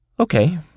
Okay